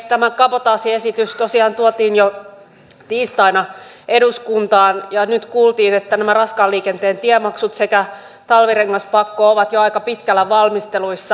tämä kabotaasiesitys tosiaan tuotiin jo tiistaina eduskuntaan ja nyt kuultiin että nämä raskaan liikenteen tiemaksut sekä talvirengaspakko ovat jo aika pitkällä valmisteluissa